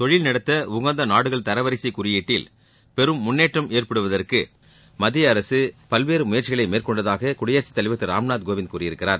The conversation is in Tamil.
தொழில் நடத்த உகந்த நாடுகள் தரவரிசை குறியீட்டில் பெரும் முன்னேற்றம் ஏற்படுவதற்கு மத்திய அரசு பல்வேறு முயற்சிகளை மேற்கொண்டதாக குடியரசுத் தலைவர் திரு ராம்நாத் கோவிந்த் கூறியிருக்கிறார்